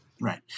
Right